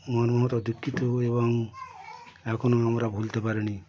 মর্মাহত দুঃখিত এবং এখনও আমরা ভুলতে পারিনি